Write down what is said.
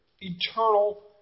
eternal